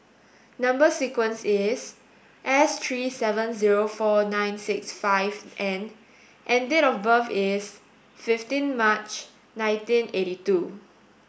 number sequence is S three seven zero four nine six five N and date of birth is fifteen March nineteen eight two